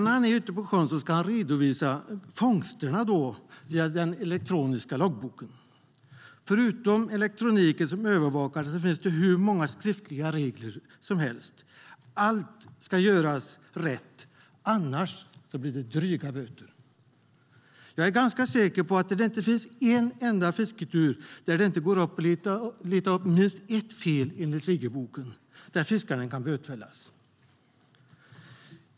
När han är ute på sjön ska han redovisa fångsterna via den elektroniska loggboken. Förutom elektroniken som övervakare finns det hur många skriftliga regler som helst. Allt ska göras rätt. Annars blir det dryga böter. Jag är ganska säker på att det inte finns en enda fisketur där det inte går att leta upp minst ett fel enligt regelboken och för vilket fiskaren skulle kunna bötfällas.